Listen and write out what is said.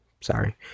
sorry